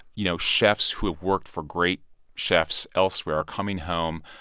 you know chefs who have worked for great chefs elsewhere are coming home,